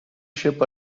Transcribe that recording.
ship